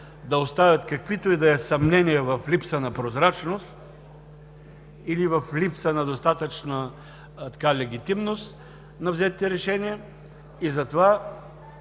да оставят каквито и да е било съмнения в липса на прозрачност или в липса на легитимност на взетите решения. Затова